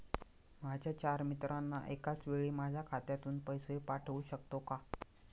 माझ्या चार मित्रांना एकाचवेळी माझ्या खात्यातून पैसे पाठवू शकतो का?